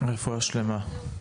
רפואה שלמה.